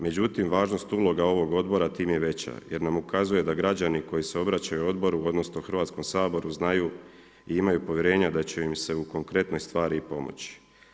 Međutim važnost uloga ovog odbora tim je veća jer nam ukazuje da građani koji se obraćaju odboru odnosno Hrvatskom saboru znaju i imaju povjerenja da će im se u konkretnoj stvari i pomoći.